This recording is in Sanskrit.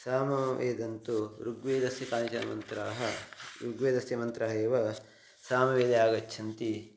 सामवेदन्तु ऋग्वेदस्य कानिचनमन्त्राः ऋग्वेदस्य मन्त्रः एव सामवेदे आगच्छन्ति